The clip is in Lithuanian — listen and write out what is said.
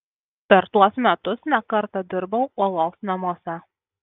per tuos metus ne kartą dirbau uolos namuose